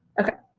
okay,